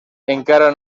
encara